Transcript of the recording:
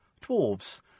dwarves